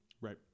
Right